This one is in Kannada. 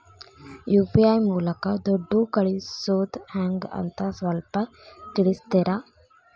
ಯು.ಪಿ.ಐ ಮೂಲಕ ದುಡ್ಡು ಕಳಿಸೋದ ಹೆಂಗ್ ಅಂತ ಸ್ವಲ್ಪ ತಿಳಿಸ್ತೇರ?